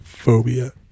Phobia